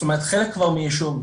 זאת אומרת חלק כבר מיישוב,